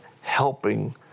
helping